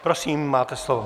Prosím, máte slovo.